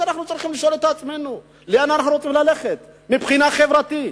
אז אנחנו צריכים לשאול את עצמנו לאן אנחנו רוצים ללכת מבחינה חברתית.